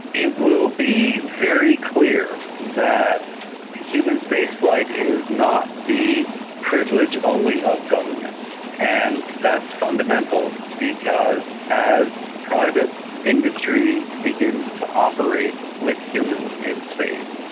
it will be very clear that human spaceflight is not the privilege only of governments. and that's fundamental because as private industry begins to operate with humans in space,